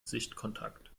sichtkontakt